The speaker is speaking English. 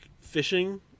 fishing